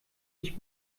nicht